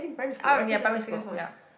um ya primary school ya